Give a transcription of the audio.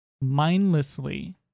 mindlessly